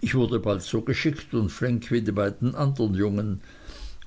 ich wurde bald so geschickt und flink wie die beiden andern jungen